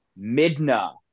Midna